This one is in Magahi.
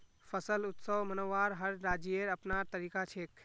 फसल उत्सव मनव्वार हर राज्येर अपनार तरीका छेक